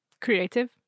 creative